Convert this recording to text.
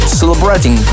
celebrating